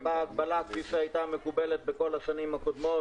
לשיווק שנקבעה לו לשנת התכנון הקודמת.